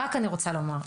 רק אני רוצה לומר,